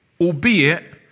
albeit